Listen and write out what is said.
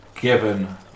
given